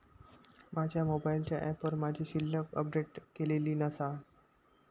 माझ्या मोबाईलच्या ऍपवर माझी शिल्लक अपडेट केलेली नसा